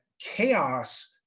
chaos